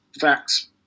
Facts